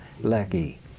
Lackey